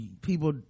people